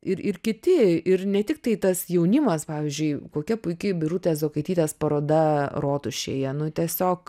ir ir kiti ir ne tiktai tas jaunimas pavyzdžiui kokia puiki birutės zokaitytės paroda rotušėje nu tiesiog